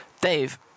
Dave